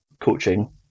coaching